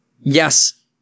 Yes